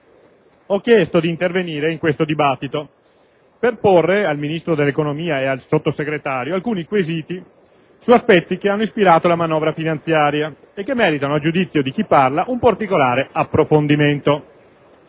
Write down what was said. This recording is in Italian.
ho chiesto di intervenire in questo dibattito per porre al Ministro dell'economia e al Sottosegretario alcuni quesiti su aspetti che hanno ispirato la manovra finanziaria e che meritano, a giudizio di chi parla, un particolare approfondimento.